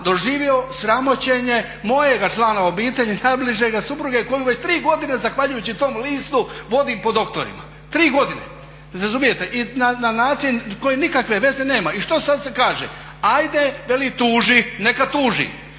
doživio sramoćenje mojega člana obitelji najbližega supruge koju već tri godine zahvaljujući tom listu vodim po doktorima, tri godine, razumijete na način koji nikakve veze nema. I što se sada kaže? Ajde veli tuži, neka tuži.